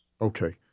okay